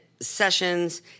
Sessions